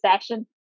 session